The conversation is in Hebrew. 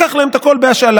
לקח להם את הכול בהשאלה.